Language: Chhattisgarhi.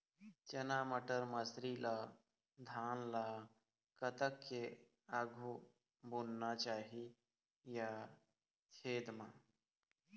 चना बटर मसरी ला धान ला कतक के आघु बुनना चाही या छेद मां?